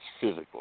physically